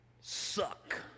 suck